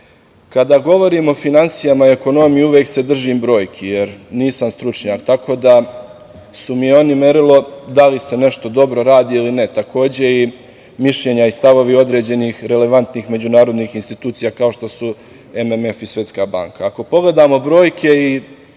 govorimo o finansijama i ekonomiji, uvek se držim brojki, jer nisam stručnjak, tako da su mi oi merilo, da li se nešto dobro radi ili ne. Takođe i mišljenja i stavovi određenih relevantnih međunarodnih institucija kao što su MMF i Svetska banka. Kada pogledamo brojke i